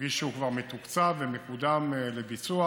כביש שהוא כבר מתוקצב ומקודם לביצוע,